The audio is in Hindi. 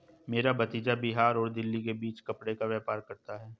मेरा भतीजा बिहार और दिल्ली के बीच कपड़े का व्यापार करता है